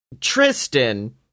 tristan